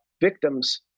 Victims